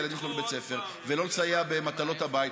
הילדים לבית הספר ולא לסייע במטלות הבית.